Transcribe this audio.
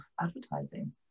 advertising